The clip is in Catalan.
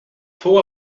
fou